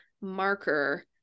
marker